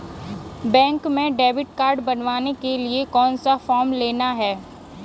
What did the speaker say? Bank में debit card बनवाने के लिए कौन सा फॉर्म लेना है?